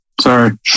Sorry